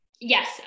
Yes